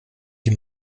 sie